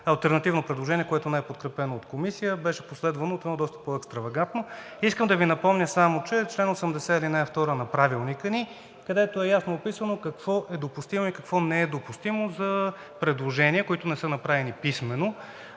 алтернативно предложение, което не е подкрепено от Комисията, беше последвано от едно доста по-екстравагантно. Искам да Ви напомня само, че чл. 80, ал. 2 на Правилника ни, където е ясно описано какво е допустимо и какво не е допустимо за предложения, които не са направени писмено